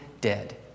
dead